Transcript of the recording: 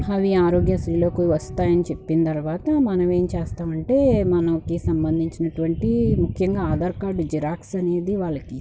అవి ఆరోగ్యశ్రీలోకి వస్తాయి అని చెప్పిన తర్వాత మనమేం చేస్తామంటే మనకి సంబంధించినటువంటి ముఖ్యంగా ఆధార్ కార్డు జిరాక్స్ అనేది వాళ్ళకిచ్చి